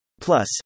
Plus